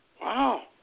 Wow